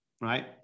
right